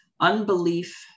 Unbelief